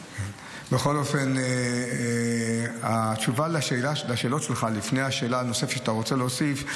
בכל אופן התשובה לשאלות שלך לפני השאלה הנוספת שאתה רוצה להוסיף,